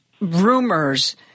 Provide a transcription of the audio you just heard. rumors